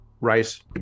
Rice